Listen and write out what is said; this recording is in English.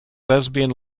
lesbian